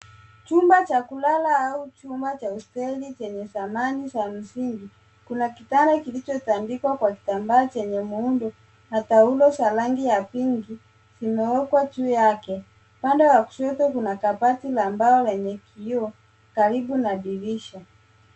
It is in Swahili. Chumba cha kulala au chumba cha hosteli zenye samani za msingi. Kuna kitanda kilichotandikwa kwa kitambaa chenye muundo na taulo za rangi ya pinki , zimewekwa juu yake. Upande wa kushoto kuna kabati la mbao lenye kioo karibu na dirisha.